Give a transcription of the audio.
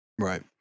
Right